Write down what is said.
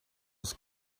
was